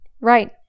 right